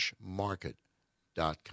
market.com